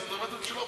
לא חוזר בי.